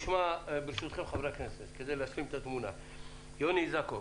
יוני איזקוב,